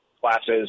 classes